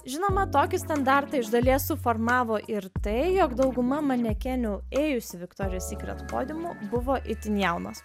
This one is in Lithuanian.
žinoma tokį standartą iš dalies suformavo ir tai jog dauguma manekenių ėjusių viktorijos sykret podiumu buvo itin jaunos